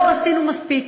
לא עשינו מספיק.